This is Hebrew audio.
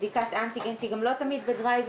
בדיקת אנטיגן שהיא גם לא תמיד בדרייב